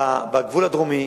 בגבול הדרומי